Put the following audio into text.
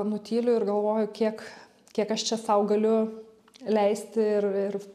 nutyliu ir galvoju kiek kiek aš čia sau galiu leisti ir ir